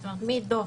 זאת אומרת, מדוח